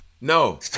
No